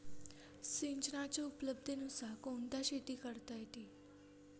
सिंचनाच्या उपलब्धतेनुसार कोणत्या शेती करता येतील?